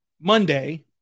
Monday